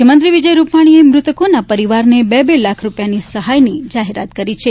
મુખ્યમંત્રી વિજય રૂપાલીએ મૃતકોના પરીવારને બે બે લાખ રૂપિયા સહાયની જાહેરાત કરી છે